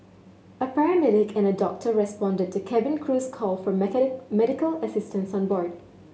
a paramedic and a doctor responded to cabin crew's call for medical assistance on board